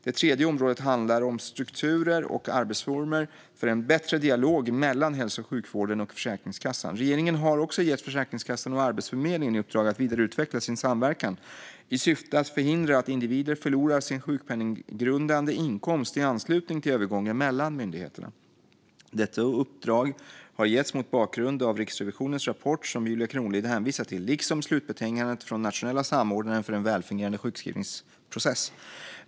Det tredje området handlar om strukturer och arbetsformer för en bättre dialog mellan hälso och sjukvården och Försäkringskassan. Regeringen har också gett Försäkringskassan och Arbetsförmedlingen i uppdrag att vidareutveckla sin samverkan i syfte att förhindra att individer förlorar sin sjukpenninggrundande inkomst i anslutning till övergången mellan myndigheterna. Detta uppdrag har getts mot bakgrund av Riksrevisionens rapport, som Jula Kronlid hänvisar till, liksom slutbetänkandet från den nationella samordnaren för en välfungerande sjukskrivningsprocess.